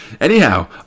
Anyhow